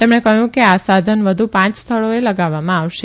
તેમણે કહ્યું કે આ સાધન વધુ ાંચ સ્થળોએ લગાવવામાં આવશે